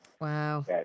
Wow